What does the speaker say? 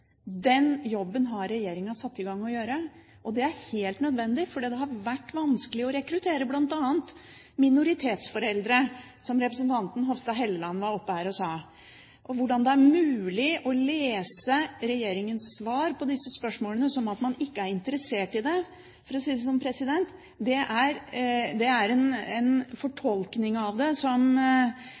Den jobben har regjeringen satt i gang å gjøre. Det er helt nødvendig, for det har vært vanskelig å rekruttere bl.a. minoritetsforeldre, som representanten Hofstad Helleland var oppe her og sa. Og hvordan det er mulig å lese regjeringens svar på disse spørsmålene som at man ikke er interessert i det, er en fortolkning som – for å si det sånn – andre lesekyndige ikke ville finne på å tenke, at det